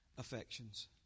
affections